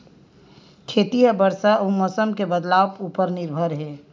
खेती हा बरसा अउ मौसम के बदलाव उपर निर्भर हे